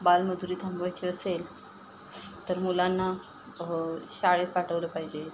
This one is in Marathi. बालमजुरी थांबवायची असेल तर मुलांना शाळेत पाठवलं पाहिजे